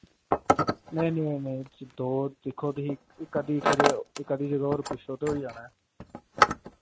नेईं नेईं नेईं दो दिक्खो तुहीं इक अद्धी ज'गा होर पुच्छो ते होई जाना